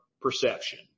perception